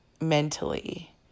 Mentally